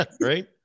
right